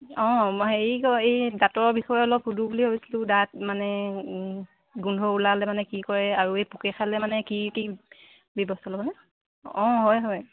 অঁ মই হেৰি এই দাঁতৰ বিষয়ে অলপ সুধোঁ বুলি ভাবিছিলোঁ দাঁত মানে গোন্ধৰ ওলালে মানে কি কৰে আৰু এই পোকে খালে মানে কি কি ব্যৱস্থা ল'ব লাগে অঁ হয় হয়